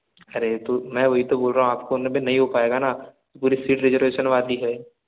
अरे तो मैं वही तो बोल रहा हूँ आपको मैं भी नहीं हो पायेगा ना पूरी सीट रिजर्वेशन वाली है